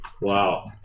wow